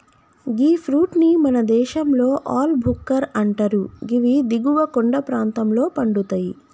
గీ ఫ్రూట్ ని మన దేశంలో ఆల్ భుక్కర్ అంటరు గివి దిగువ కొండ ప్రాంతంలో పండుతయి